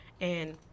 and-